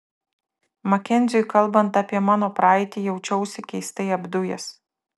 makenziui kalbant apie mano praeitį jaučiausi keistai apdujęs